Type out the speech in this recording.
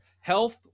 Health